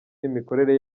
n’imikorere